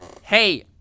Hey